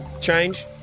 change